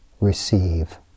receive